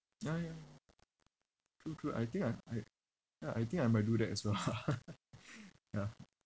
ya ya true true I think I I ya I think I might do that as well ya